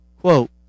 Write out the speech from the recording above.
quote